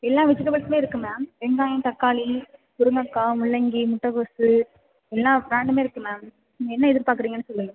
எல்லா வெஜிடேபல்ஸுமே இருக்குது மேம் வெங்காயம் தக்காளி முருங்கக்காய் முள்ளங்கி முட்டக்கோஸு எல்லா ப்ராண்டுமே இருக்குது மேம் நீங்கள் என்ன எதிர்பார்க்கறிங்கன்னு சொல்லுங்கள்